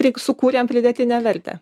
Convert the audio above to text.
pri sukūrėm pridėtinę vertę